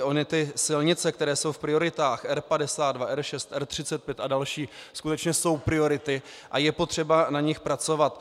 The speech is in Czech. Ony ty silnice, které jsou v prioritách R52, R6, R35 a další skutečně jsou priority a je potřeba na nich pracovat.